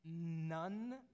none